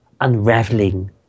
unraveling